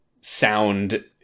sound